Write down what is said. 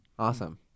Awesome